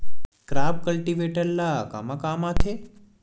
Crop cultivator ला कमा काम आथे?